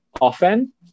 often